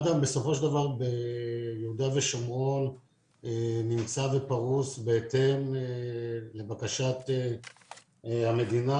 מד"א בסופו של דבר ביהודה ושומרון נמצא ופרוס בהתאם לבקשת המדינה,